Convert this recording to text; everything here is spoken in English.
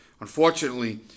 Unfortunately